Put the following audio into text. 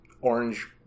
Orange